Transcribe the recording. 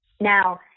Now